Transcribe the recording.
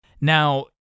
Now